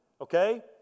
okay